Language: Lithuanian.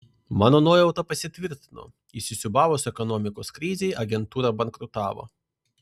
mano nuojauta pasitvirtino įsisiūbavus ekonomikos krizei agentūra bankrutavo